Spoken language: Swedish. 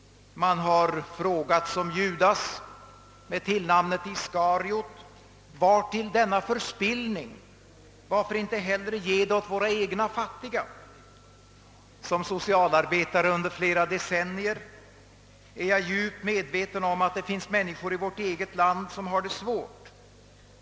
Man har som Judas med tillnamnet Iskariot frågat: »Vartill denna förspillning? Varför inte hellre ge det åt våra egna fattiga?» Som socialarbetare under flera decennier är jag djupt medveten om att det finns människor i vårt eget land som har det svårt.